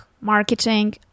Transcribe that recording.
marketing